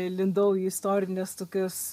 lindau į istorines tokias